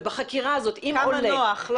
ובחקירה הזאת אם עולה -- כמה נוח לא